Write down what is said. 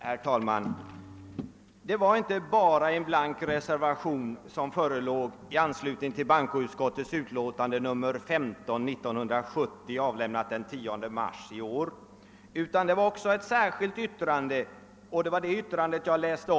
Herr talman! Det förelåg inte bara en blank reservation i bankoutskottets utlåtande nr 15 år 1970, avlämnat den 10 mars i år. I utlåtandet fanns också ett särskilt yttrande, och det var ur detta yttrande jag citerade.